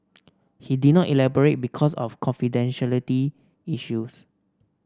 he did not elaborate because of confidentiality issues